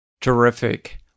Terrific